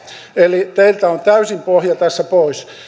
eli teiltä on täysin pohja tässä pois